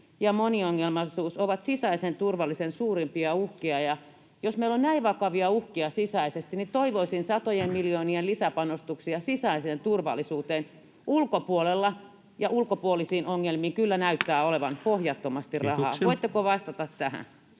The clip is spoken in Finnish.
ja moniongelmaisuus ovat sisäisen turvallisuuden suurimpia uhkia. Jos meillä on näin vakavia uhkia sisäisesti, niin toivoisin satojen miljoonien lisäpanostuksia sisäiseen turvallisuuteen. Ulkopuolelle ja ulkopuolisiin ongelmiin kyllä näyttää olevan pohjattomasti rahaa.